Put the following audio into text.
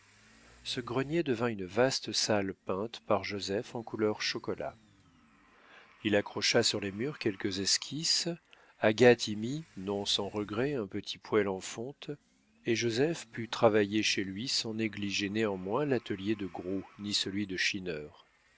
ce grenier devint une vaste salle peinte par joseph en couleur chocolat il accrocha sur les murs quelques esquisses agathe y mit non sans regret un petit poêle en fonte et joseph put travailler chez lui sans négliger néanmoins l'atelier de gros ni celui de